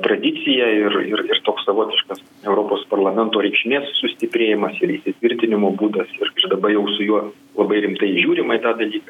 tradicija ir ir ir toks savotiškas europos parlamento reikšmės sustiprėjimas ir įsitvirtinimo būdas ir dabar jau su juo labai rimtai žiūrima į tą dalyką